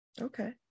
Okay